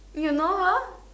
you know her